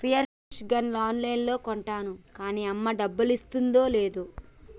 spear fishing gun on లైన్లో కొంటాను కాన్నీ అమ్మ డబ్బులిస్తాదో లేదో